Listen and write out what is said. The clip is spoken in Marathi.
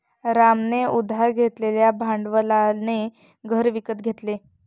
रामने उधार घेतलेल्या भांडवलाने घर विकत घेतले